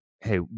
hey